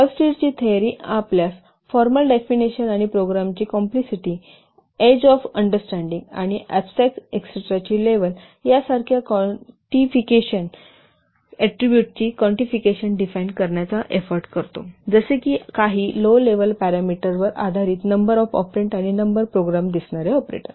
हॉलस्टिडचा theory आपल्यास formal definition आणि प्रोग्रामची कॉम्प्लिसिटी एजऑफ अंडस्टस्टँडींग आणि अॅबस्ट्रॅक्स् एस्टेराची लेव्हल यासारख्या काँटिफिकेशन ऍट्रीबुटची काँटिफिकेशन डिफाइन करण्याचा एफोर्ट करतो जसे की काही लो लेवल पॅरामीटरवर आधारित नंबर ऑफ ऑपरंड आणि नंबर प्रोग्राम दिसणारे ऑपरेटर